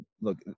Look